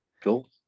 Cool